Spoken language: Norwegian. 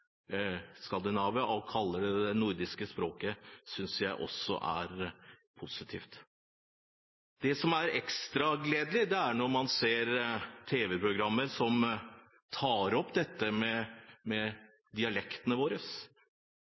Skandinavia og kaller det de nordiske språkene, synes jeg er positivt. Det som er ekstra gledelig, er at man ser tv-programmer som tar opp dette med dialektene våre.